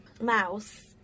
mouse